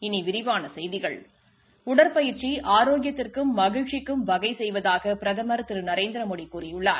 இனி விரிவான செய்திகள் உடற்பயிற்சி ஆரோக்கியத்திற்கும் மகிழ்ச்சிக்கும் வகை செய்வதாக பிரதமர் திரு நரேந்திரமோடி கூறியுள்ளார்